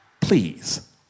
Please